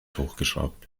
hochgeschraubt